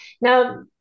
Now